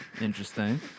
interesting